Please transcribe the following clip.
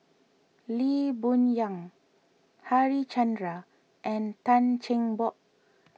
Lee Boon Yang Harichandra and Tan Cheng Bock